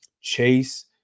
Chase